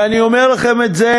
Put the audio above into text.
ואני אומר לכם את זה: